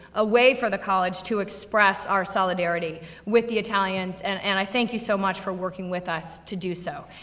away from the college, to express our solidarity with the italians, and and i thank you so much for working with us to do so.